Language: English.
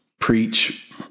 preach